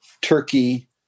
Turkey